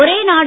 ஒரே நாடு